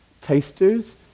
tasters